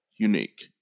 unique